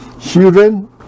children